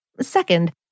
Second